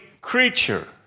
creature